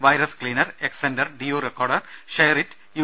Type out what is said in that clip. virus cleaner Xender DU recorder share it U